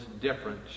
different